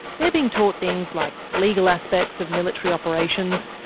they're being taught things like legal aspects of military operations,